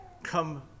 come